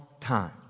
time